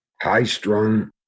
high-strung